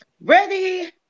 Ready